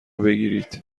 بگیرید